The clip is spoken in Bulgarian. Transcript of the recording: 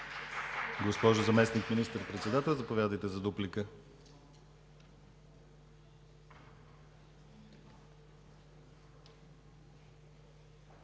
госпожо Заместник министър-председател, заповядайте за дуплика.